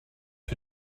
für